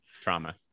Trauma